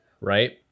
right